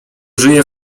żyje